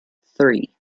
three